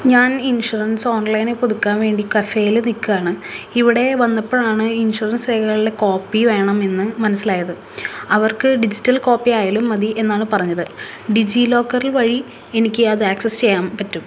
ഞാൻ ഇൻഷുറൻസ് ഓൺലൈനായ് പുതുക്കാൻ വേണ്ടി കഫേല് നിക്കാണ് ഇവിടെ വന്നപ്പോഴാണ് ഇൻഷുറൻസ് രേഖകളുടെ കോപ്പി വേണമെന്ന് മനസ്സിലായത് അവർക്ക് ഡിജിറ്റൽ കോപ്പി ആയാലും മതി എന്നാണ് പറഞ്ഞത് ഡിജി ലോക്കറിൽ വഴി എനിക്ക് അത് ആക്സസ്സ് ചെയ്യാൻ പറ്റും